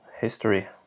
history